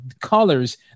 colors